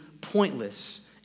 pointless